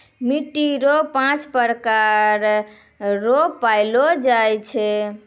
मिट्टी रो पाँच प्रकार रो पैलो जाय छै